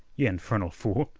yeh infernal fool,